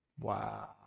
Wow